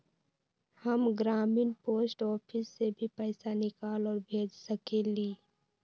हम ग्रामीण post office से भी पैसा निकाल और भेज सकेली?